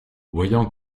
voyant